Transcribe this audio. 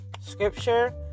scripture